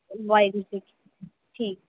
ਵਾਹਿਗੁਰੂ ਜੀ ਠੀਕ